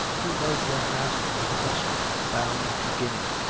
he was then master of a vessel bound to guinea,